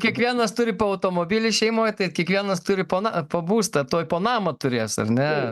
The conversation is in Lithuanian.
kiekvienas turi po automobilį šeimoj tai kiekvienas turi po na po būstą tuoj po namą turės ar ne